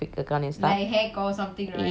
not hack lah they create and